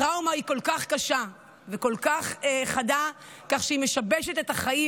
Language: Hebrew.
הטראומה היא כל כך קשה וכל כך חדה כך שהיא משבשת את החיים,